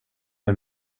med